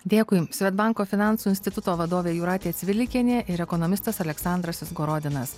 dėkui svedbanko finansų instituto vadovė jūratė cvilikienė ir ekonomistas aleksandras izgorodinas